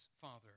Father